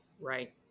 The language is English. right